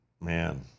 Man